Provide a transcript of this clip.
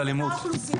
אלימות זה אלימות.